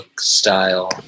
style